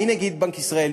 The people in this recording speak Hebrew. מנגיד בנק ישראל,